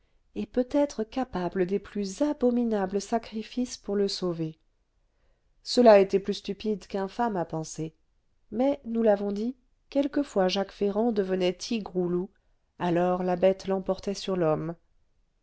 et peut-être capable des plus abominables sacrifices pour le sauver cela était plus stupide qu'infâme à penser mais nous l'avons dit quelquefois jacques ferrand devenait tigre ou loup alors la bête l'emportait sur l'homme